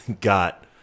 got